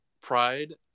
Pride